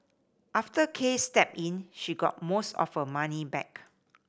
after Case stepped in she got most of her money back